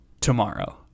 tomorrow